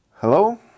Hello